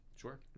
Sure